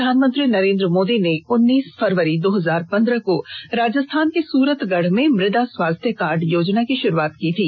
प्रधानमंत्री नरेंद्र मोदी ने उन्नीस फरवरी दो हजार पंद्रह को राजस्थान के सुरतगढ में मुदा स्वास्थ्य कार्ड योजना की शुरूआत की थी